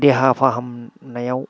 देहा फाहामनायाव